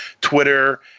Twitter